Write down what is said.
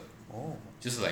oh